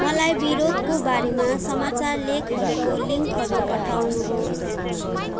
मलाई विरोधको बारेमा समाचार लेखहरूको लिङ्कहरू पठाउनुहोस्